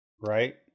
Right